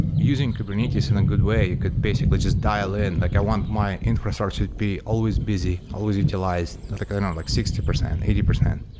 using kubernetes in a good way could basically just dial in. like i want my infrastructure to be always busy, always utilize, like i don't know, like sixty percent, eighty percent.